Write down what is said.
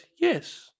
Yes